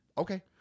Okay